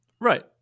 Right